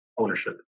ownership